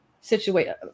situation